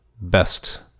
best